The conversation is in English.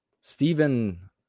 Stephen